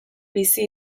bizi